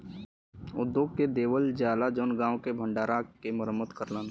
उद्योग के देवल जाला जउन गांव के भण्डारा के मरम्मत करलन